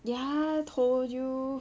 ya told you